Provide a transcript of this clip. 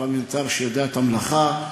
אתה בשביל זה חבר כנסת ופרלמנטר שיודע את המלאכה,